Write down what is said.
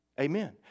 Amen